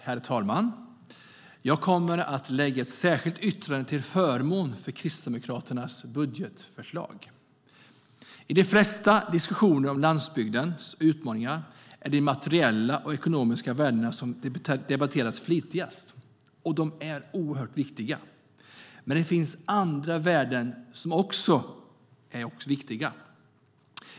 Herr talman! Jag lägger fram ett särskilt yttrande till förmån för Kristdemokraternas budgetförslag. I de flesta diskussioner om landsbygdens utmaningar är det de materiella och ekonomiska värdena som debatteras flitigast. De är oerhört viktiga. Men det finns andra värden som också är viktiga.